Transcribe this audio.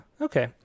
okay